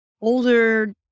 older